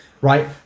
Right